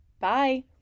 Bye